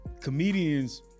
comedians